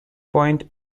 point